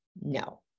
No